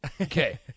Okay